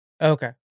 Okay